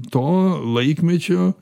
to laikmečio